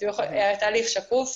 התהליך שקוף.